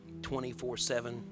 24-7